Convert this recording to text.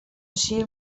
ací